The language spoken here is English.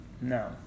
No